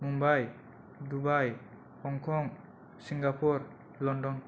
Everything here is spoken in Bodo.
Mumbai Dubai Hong Kong Singapore London